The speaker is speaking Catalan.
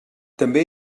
també